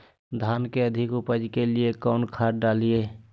धान के अधिक उपज के लिए कौन खाद डालिय?